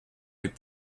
les